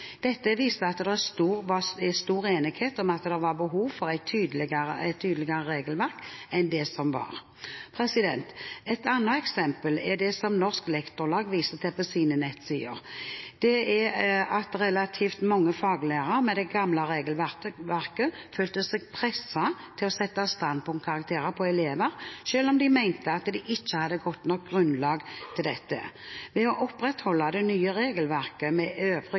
Dette viser at det er stor enighet om at det var behov for et tydeligere regelverk enn det som var. Et annet eksempel er det som Norsk Lektorlag viser til på sine nettsider. Det er at relativt mange faglærere med det gamle regelverket følte seg presset til å sette standpunktkarakterer på elever selv om de mente at de ikke hadde godt nok grunnlag for dette. Ved å opprettholde det nye regelverket med